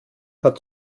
hat